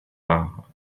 par